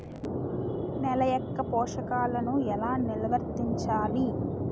నెల యెక్క పోషకాలను ఎలా నిల్వర్తించాలి